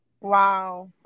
wow